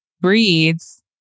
breeds